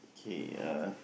K uh